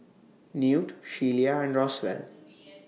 Newt Shelia and Roswell